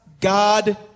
God